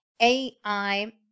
AI